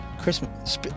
Christmas